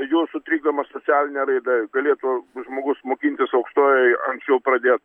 jų sutrikdoma socialinė raida galėtų žmogus mokintis aukštojoj anksčiau pradė